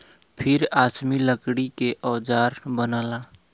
फिर आसमी लकड़ी के औजार बनला